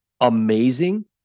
amazing